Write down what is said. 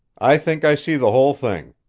i think i see the whole thing.